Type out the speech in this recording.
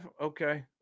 Okay